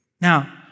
Now